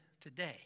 today